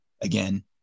Again